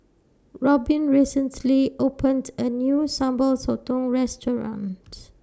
Robyn recently opened A New Sambal Sotong restaurants